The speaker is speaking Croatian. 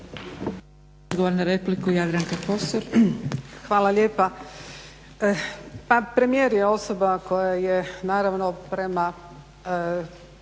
Hvala lijepa.